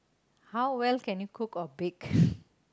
how well can you cook or bake